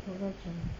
kuah kacang